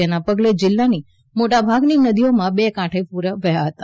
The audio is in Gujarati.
જેને પગલે જિલ્લાની મોટાભાગની નદીઓમાં બે કાંઠે પુર વહ્યા હતા